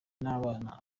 n’abana